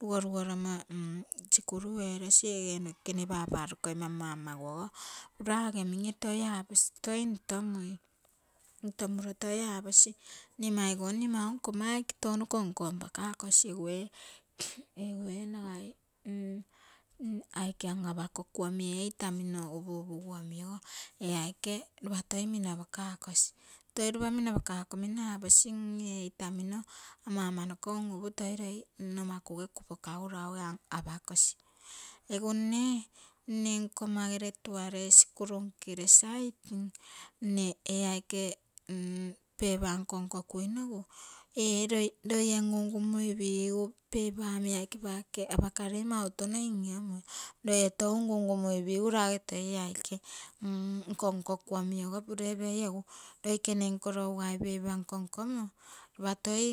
Rugo rugo lomo sikurue erosi ege nokekemi paparokoimamo amaguogo ura ege mim-ee toi aposi toi ntomui, ntomuro toi aposi mne maigo mne mau nkomma aike touno konkopakagosi egu ee nagai aike an-apakoku, omi ee itamino upu upugu omi ogo ee aike lopa toi mina. Pakakosi, toi lopa minapakekomino aposi ee itamino ama ama noko un-upu toi loi noke nomakuge kupo kagu lague apakosi. Egu mne, mne nkomma gere tuare sikuru ngkere site, mne ee. Aike paper nkonkokuinogu ee loie ngungumui pigu paper omi aike pake apakarei mau touno ioiomui. Loie tou ngungumuipigue toi ei aike nkonkoku pure pei, egu loikene nko lougai paper nkonkomo lopa toi